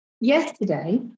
Yesterday